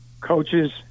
coaches